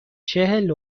چهل